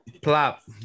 Plop